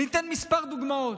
אני אתן כמה דוגמאות.